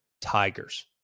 Tigers